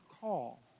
call